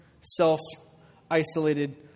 self-isolated